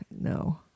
No